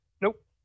Nope